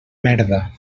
merda